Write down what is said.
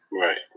right